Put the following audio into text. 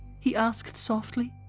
he asked softly,